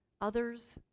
Others